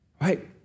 right